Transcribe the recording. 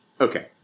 Okay